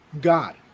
God